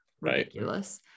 ridiculous